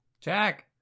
Jack